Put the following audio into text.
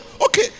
okay